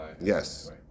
yes